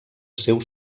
seu